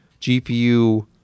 GPU